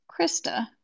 Krista